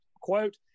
Quote